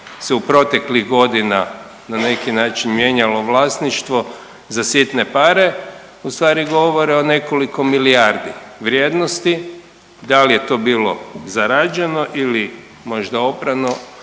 u proteklih godina na neki način mijenjalo vlasništvo za sitne pare ustvari govore o nekoliko milijardi vrijednosti, da li je to bilo zarađeno ili možda oprano